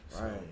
right